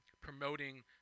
promoting